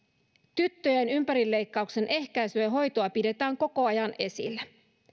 tyttöjen ympärileikkauksen ehkäisyä ja hoitoa pidetään koko ajan esillä